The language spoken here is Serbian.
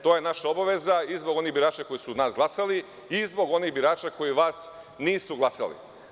To je naša obaveza i zbog onih birača koji su za nas glasali i zbog onih birača koji za vas nisu glasali.